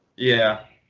yeah.